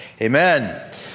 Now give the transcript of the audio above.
amen